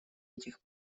этих